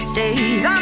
days